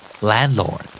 Landlord